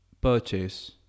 purchase